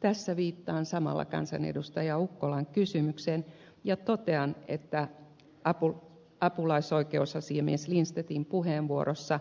tässä viittaan samalla kansanedustaja ukkolan kysymykseen ja totean että apulaisoikeusasiamies lindstedtin puheenvuorossa